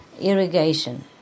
irrigation